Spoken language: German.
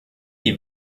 die